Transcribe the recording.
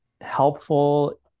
helpful